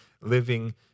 living